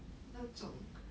那种